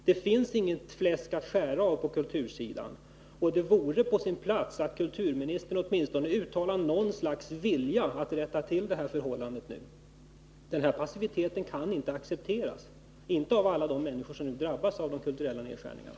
Det finns inget fläsk att skära av på kultursidan. 1 Det vore på sin plats att kulturministern åtminstone uttalade något slags vilja att rätta till det här förhållandet nu. Den passivitet som visas kan inte accepteras — inte av alla de människor som nu drabbas av de kulturella nedskärningarna.